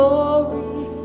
Glory